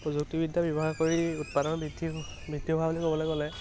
প্ৰযুক্তিবিদ্যা ব্যৱহাৰ কৰি উৎপাদন বৃদ্ধি বুলি ক'বলে গ'লে